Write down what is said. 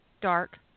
Dark